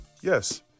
Yes